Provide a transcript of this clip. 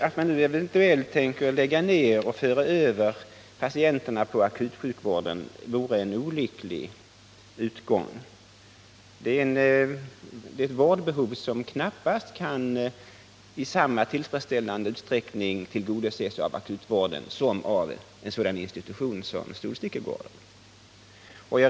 Att såsom övervägs lägga ned verksamheten vid Solstickegården och föra över patienterna till akutsjukvården vore en olycklig lösning med tanke på att det här handlar om ett vårdbehov som knappast kan i samma tillfredsställande utsträckning tillgodoses av akutsjukvården som av en sådan institution som Solstickegården.